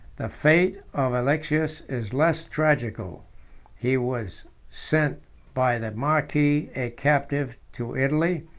the fate of alexius is less tragical he was sent by the marquis a captive to italy,